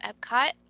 Epcot